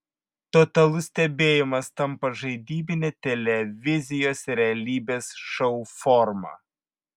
totalus stebėjimas tampa žaidybine televizijos realybės šou forma